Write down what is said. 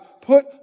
put